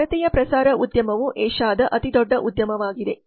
ಭಾರತೀಯ ಪ್ರಸಾರ ಉದ್ಯಮವು ಏಷ್ಯಾದ ಅತಿದೊಡ್ಡ ಉದ್ಯಮವಾಗಿದೆ